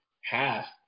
half